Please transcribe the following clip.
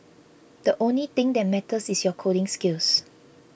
the only thing that matters is your coding skills